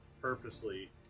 purposely